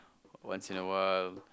once in a while